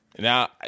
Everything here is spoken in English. Now